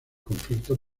conflicto